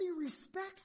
respect